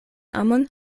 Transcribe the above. amon